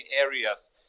areas